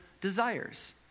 desires